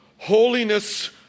Holiness